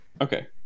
Okay